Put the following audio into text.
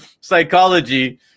psychology